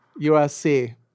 USC